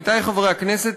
עמיתי חברי הכנסת,